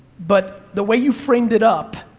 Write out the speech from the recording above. but the way you framed it up,